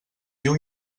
diu